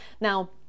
Now